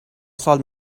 سال